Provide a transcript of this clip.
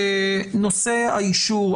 נושא האישור,